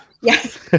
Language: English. Yes